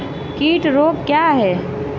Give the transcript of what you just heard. कीट रोग क्या है?